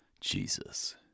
Jesus